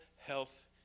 health